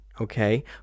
okay